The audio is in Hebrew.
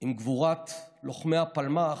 עם גבורת לוחמי הפלמ"ח,